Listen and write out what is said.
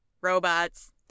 Robots